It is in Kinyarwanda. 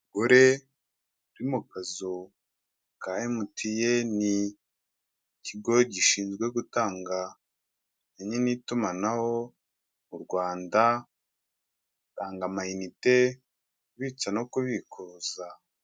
Gore uri mu kazu ka emutiyeni, ikigo gishinzwe gutanga bimwe mu itumanaho mu Rwanda, batanga amanite kubitsa no kubikuza.